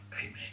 amen